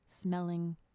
smelling